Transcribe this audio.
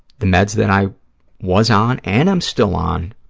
the meds that i was on, and i'm still on,